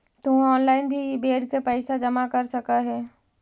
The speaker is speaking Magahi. तु ऑनलाइन भी इ बेड के पइसा जमा कर सकऽ हे